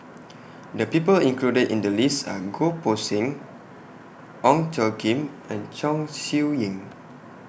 The People included in The list Are Goh Poh Seng Ong Tjoe Kim and Chong Siew Ying